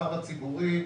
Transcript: במרחב הציבורי,